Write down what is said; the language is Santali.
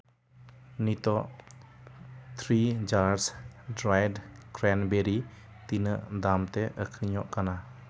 ᱱᱤᱛᱳᱜ ᱛᱷᱨᱤ ᱡᱟᱨᱥ ᱰᱨᱟᱭᱮᱰ ᱠᱨᱮᱢᱵᱮᱨᱤ ᱛᱤᱱᱟᱹᱜ ᱫᱟᱢᱛᱮ ᱟᱹᱠᱷᱨᱤᱧᱚᱜ ᱠᱟᱱᱟ